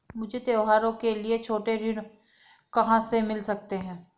मुझे त्योहारों के लिए छोटे ऋृण कहां से मिल सकते हैं?